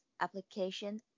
application